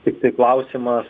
tiktai klausimas